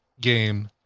game